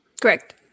Correct